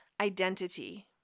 identity